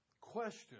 question